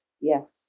Yes